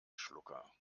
schlucker